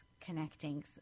connecting